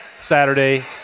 Saturday